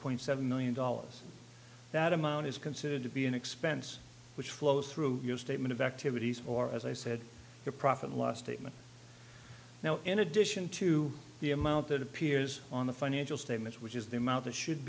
point seven million dollars that amount is considered to be an expense which flows through your statement of activities or as i said your profit loss to me now in addition to the amount that appears on the financial statements which is the amount that should